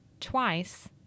twice